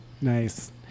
nice